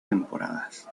temporadas